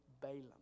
Balaam